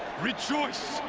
rejoice!